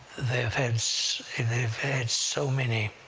they've had they've had so many